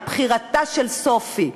את בחירתה של סופי.